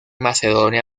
macedonia